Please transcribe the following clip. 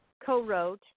co-wrote